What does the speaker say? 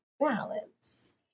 balance